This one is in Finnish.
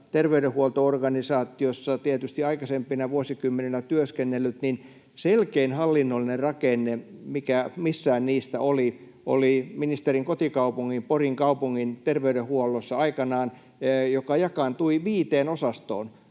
terveydenhuolto-organisaatiossa tietysti aikaisempina vuosikymmeninä työskennellyt, niin selkein hallinnollinen rakenne, mikä missään niistä oli, oli aikanaan ministerin kotikaupungin, Porin kaupungin, terveydenhuollossa, joka jakaantui viiteen osastoon.